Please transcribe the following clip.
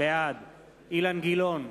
בעד אילן גילאון,